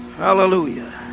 Hallelujah